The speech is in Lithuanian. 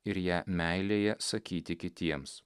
ir ją meilėje sakyti kitiems